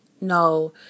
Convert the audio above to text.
No